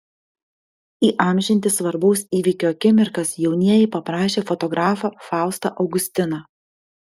įamžinti svarbaus įvykio akimirkas jaunieji paprašė fotografą faustą augustiną